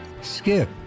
Skip